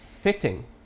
fitting